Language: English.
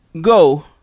Go